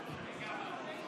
כי בעיניי זה גול עצמי,